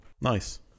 Nice